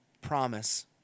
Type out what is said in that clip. promise